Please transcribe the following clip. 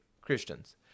Christians